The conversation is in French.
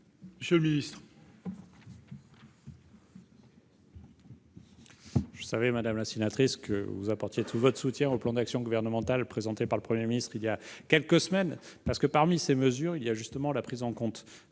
Monsieur le ministre,